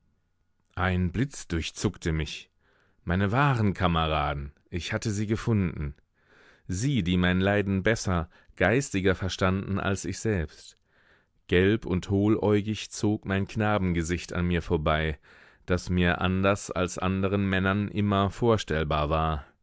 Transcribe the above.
ein blitz durchzuckte mich meine wahren kameraden ich hatte sie gefunden sie die mein leiden besser geistiger verstanden als ich selbst gelb und hohläugig zog mein knabengesicht an mir vorbei das mir anders als anderen männern immer vorstellbar war